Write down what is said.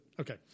Okay